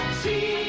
see